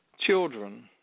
children